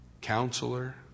Counselor